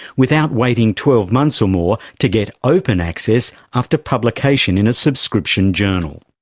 without waiting twelve months or more to get open access after publication in a subscription journal.